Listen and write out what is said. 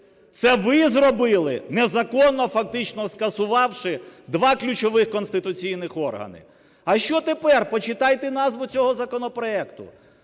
це ви зробили, незаконно фактично скасувавши два ключових конституційних органах. А що тепер, почитайте назву цього законопроекту.